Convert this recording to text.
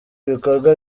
bikorwa